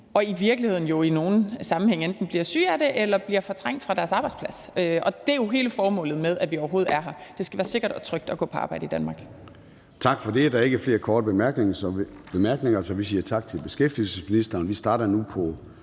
og i virkeligheden jo i nogle sammenhænge enten bliver syge af det eller bliver fortrængt fra deres arbejdsplads, og det er jo hele formålet med, at vi overhovedet er her. Det skal være sikkert og trygt at gå på arbejde i Danmark. Kl. 10:40 Formanden (Søren Gade): Tak for det. Der er ikke flere korte bemærkninger, så vi siger tak til beskæftigelsesministeren. Vi starter nu på